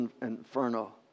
Inferno